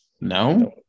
No